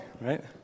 right